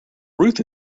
ruth